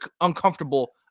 uncomfortable